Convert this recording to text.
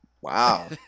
Wow